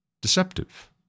deceptive